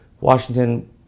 Washington